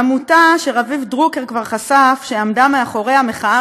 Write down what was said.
עמותה שרביב דרוקר כבר חשף שהיא עמדה מאחורי המחאה